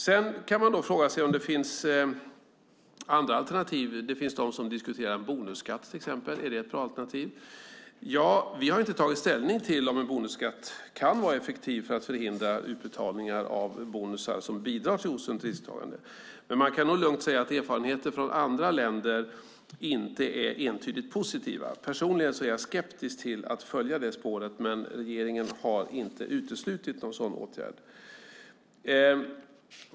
Man kan fråga sig om det finns andra alternativ. Det finns de som diskuterar en bonusskatt till exempel. Är det ett bra alternativ? Vi har inte tagit ställning till om en bonusskatt kan vara effektiv för att förhindra utbetalningar av bonusar som bidrar till osunt risktagande. Men man kan nog lugnt säga att erfarenheter från andra länder inte är entydigt positiva. Personligen är jag skeptisk till att följa det spåret, men regeringen har inte uteslutit någon sådan åtgärd.